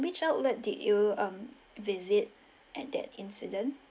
which outlet did you um visit at that incident